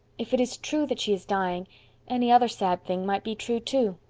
if it is true that she is dying any other sad thing might be true, too.